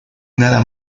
nada